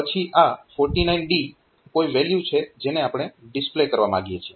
પછી આ 49D કોઈ વેલ્યુ છે જેને આપણે ડિસ્પ્લે કરવા માંગીએ છીએ